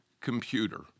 computer